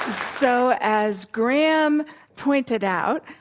so, as graham pointed out,